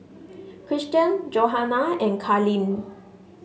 Christian Johana and Carleen